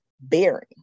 bearing